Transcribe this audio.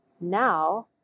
now